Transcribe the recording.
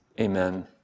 Amen